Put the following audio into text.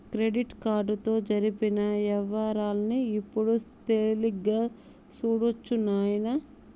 credit కార్డుతో జరిపిన యవ్వారాల్ని ఇప్పుడు తేలిగ్గా సూడొచ్చు నాయనా